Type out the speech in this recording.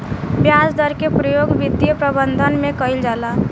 ब्याज दर के प्रयोग वित्तीय प्रबंधन में कईल जाला